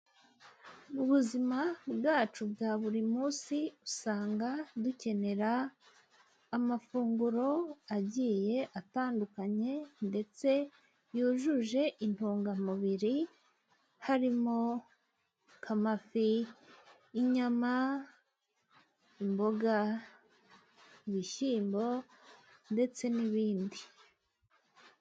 Ubuzima bwacu bwa buri munsi, usanga dukenera amafunguro agiye atandukanye, ndetse yujuje intungamubiri, harimo nk'amafi, inyama, imboga, ibishyimbo ndetse n'ibindi.